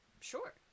sure